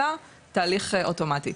אלא תהליך אוטומטי.